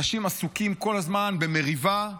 אנשים עסוקים כל הזמן במריבה: